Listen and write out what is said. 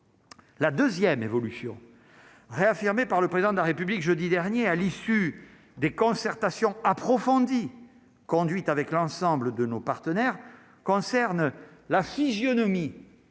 La 2ème évolution réaffirmée par le président de la République, jeudi dernier, à l'issue des concertations approfondies conduites avec l'ensemble de nos partenaires concerne la physionomie